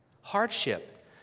hardship